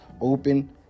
open